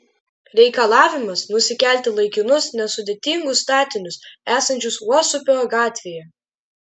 reikalavimas nusikelti laikinus nesudėtingus statinius esančius uosupio gatvėje